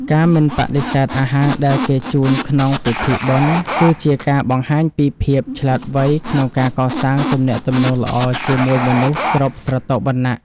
ការមិនបដិសេធអាហារដែលគេជូនក្នុងពិធីបុណ្យ គឺជាការបង្ហាញពីភាពឆ្លាតវៃក្នុងការកសាងទំនាក់ទំនងល្អជាមួយមនុស្សគ្រប់ស្រទាប់វណ្ណៈ។